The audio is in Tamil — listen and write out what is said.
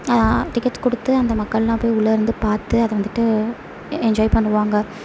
டிக்கெட்ஸ் கொடுத்து அந்த மக்களெலாம் போய் உள்ளேருந்து பார்த்து அதை வந்துட்டு என்ஜாய் பண்ணுவாங்க